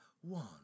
one